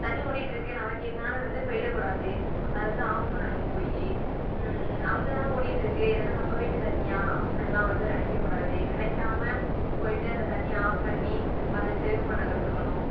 தண்ணி ஓடிகிட்டு இருக்குது நமக்கென்னான்னு வந்து போயிடக்கூடாது அதை வந்து ஆஃப் பண்ணணும் போய் அங்கே தானே ஓடிகிட்டுருக்கு இது என்ன நம்ப வீட்டு தண்ணியாக அப்பிட்லாம் வந்து நினைக்கக்கூடாது நினைக்காம போயிட்டு அந்த தண்ணியை ஆஃப் பண்ணி அதை சேவ் பண்ண கற்றுக்கணும்